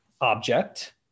object